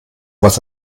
was